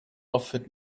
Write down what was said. offered